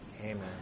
Amen